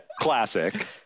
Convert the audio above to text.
classic